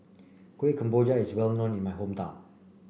Kuih Kemboja is well known in my hometown